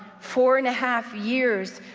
four and a half years.